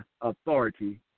authority